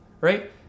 right